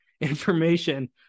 information